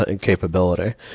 capability